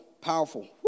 powerful